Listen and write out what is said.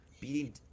beating